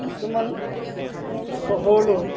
কিছুমান চহৰলৈ